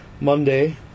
Monday